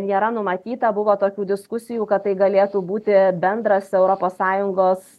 nėra numatyta buvo tokių diskusijų kad tai galėtų būti bendras europos sąjungos